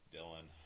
Dylan